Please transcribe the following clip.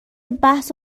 بحث